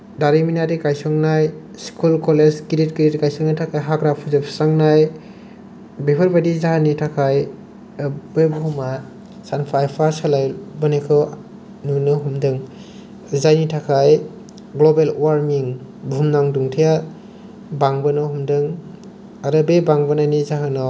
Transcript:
दारिमिनारि गायसंनाय school college गिदिर गिदिर गायसंनायनि थाखाय हाग्रा फोजोबस्रांनाय बेफोरबायदि जाहोननि थाखाय बे बुहुमआ सानफा एफा सोलायबोनायखौ नुनो हमदों जायनि थाखाय ग्ल'बेल वार्मिं बुहुमनां दुंथाया बांबोनो हमदों आरो बे बांबोनायनि जाहोनाव